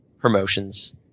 Promotions